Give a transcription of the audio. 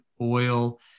oil